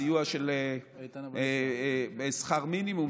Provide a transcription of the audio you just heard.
סיוע של שכר מינימום,